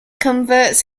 converts